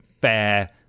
fair